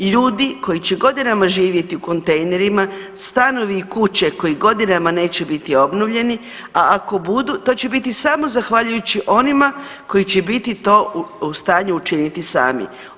Ljudi koji će godinama živjeti u kontejnerima, stanovi kuće koji godinama neće biti obnovljeni, a ako budu to će biti samo zahvaljujući onima koji će biti to u stanju učiniti sami.